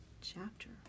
Chapter